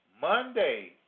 Monday